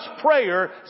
prayer